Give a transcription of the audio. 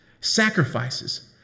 Sacrifices